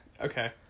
Okay